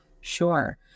Sure